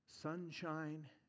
Sunshine